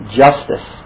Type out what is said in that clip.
justice